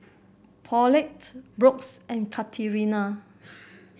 Paulette Brooks and Katarina